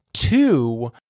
Two